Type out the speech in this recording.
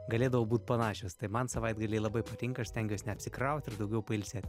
galėdavo būt panašios tai man savaitgaliai labai patinka aš stengiuos neapsikraut ir daugiau pailsėt